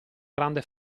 grande